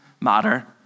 matter